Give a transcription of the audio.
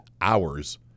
hours